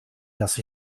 dass